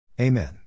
Amen